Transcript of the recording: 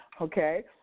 okay